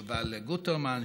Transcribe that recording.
יובל גוטרמן,